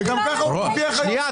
שגם ככה הוא מרוויח היום --- שנייה,